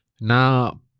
now